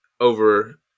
over